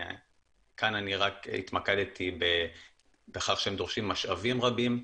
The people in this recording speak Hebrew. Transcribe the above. כאן אני רק התמקדתי בכך שהם דורשים משאבים רבים.